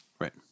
Right